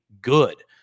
good